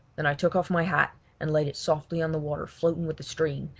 then i took off my hat and laid it softly on the water floating with the stream,